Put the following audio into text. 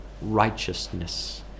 righteousness